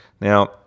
Now